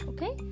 Okay